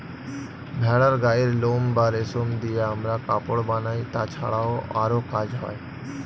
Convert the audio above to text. ভেড়ার গায়ের লোম বা রেশম দিয়ে আমরা কাপড় বানাই, তাছাড়াও আরো কাজ হয়